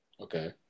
Okay